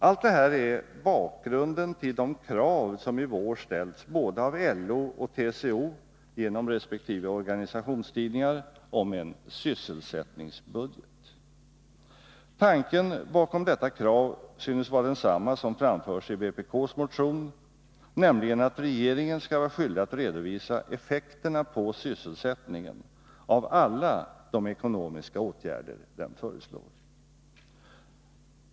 Allt detta är bakgrunden till de krav som i vår ställts av både LO och TCO genom resp. organisationers tidningar om en sysselsättningsbudget. Tanken bakom detta krav synes vara densamma som framförs i vpk:s motion, nämligen att regeringen skall vara skyldig att redovisa effekterna på sysselsättningen av alla de ekonomiska åtgärder den föreslår.